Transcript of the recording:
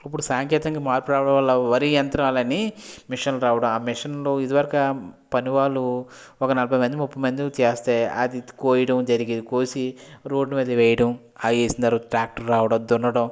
ఇప్పుడు సాంకేతికతంగా మార్పు రావడం వాళ్ళ వరి యంత్రాలని మెషిన్లు రావడం ఆ మెషీన్లు ఇదివరకు పని వాళ్ళు ఒక నలభై మంది ముప్ఫై మంది చేస్తే అది కొయ్యడం జరిగేది అది కోసి రోడ్ మీద వేయడం ఆ వేసి తర్వాత ట్రాక్టర్ రావడం దున్నడం